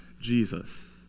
Jesus